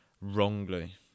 wrongly